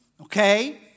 Okay